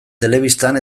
telebistan